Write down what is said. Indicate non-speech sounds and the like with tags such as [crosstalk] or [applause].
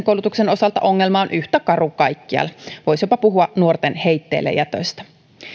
[unintelligible] koulutuksen osalta ongelma on yhtä karu kaikkialla voisi jopa puhua nuorten heitteellejätöstä